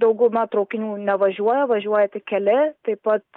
dauguma traukinių nevažiuoja važiuoja tik keli taip pat